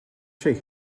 shake